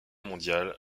mondiale